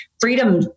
freedom